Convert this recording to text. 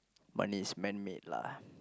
money is manmade lah